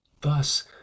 Thus